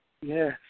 Yes